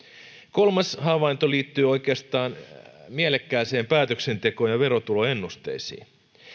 kolmas havainto liittyy mielekkääseen päätöksentekoon ja verotuloennusteisiin